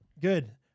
Good